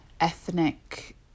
ethnic